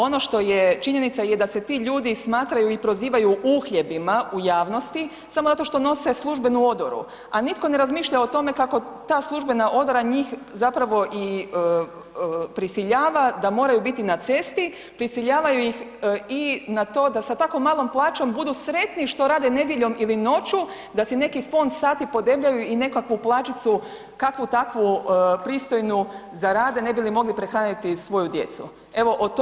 Ono što je činjenica da se ti ljudi smatraju i prozivaju uhljebima u javnosti samo zato što nose službenu odoru a nitko ne razmišlja o tome kako ta službena odora njih zapravo i prisiljava da moraju biti na cesti, prisiljavaju ih i na to da sa tako malom plaćom budu sretni što rade nedjeljom ili noću da si neki fond sati podebljaju i nekakvu plaćicu kakvu takvu pristojnu zarade ne bili mogli prehraniti svoju djecu, evo o tome se radi.